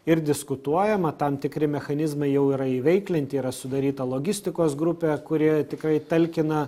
ir diskutuojama tam tikri mechanizmai jau yra įveiklinti yra sudaryta logistikos grupė kuri tikrai talkina